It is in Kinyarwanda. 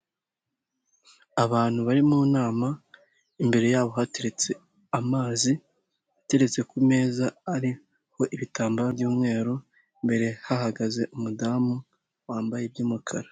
Abantu bari mu nama, imbere yabo hateretse amazi ateretse ku meza ariho ibitambaro by'umweru, imbere hahagaze umudamu wambaye iby'umukara.